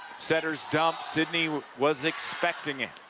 setters dump. sidney was expecting it